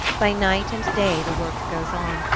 by night and day the work goes on,